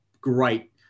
great